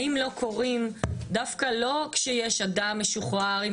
האם לא קוראים דווקא לא במקרה שיש אדם משוחרר עם